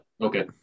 Okay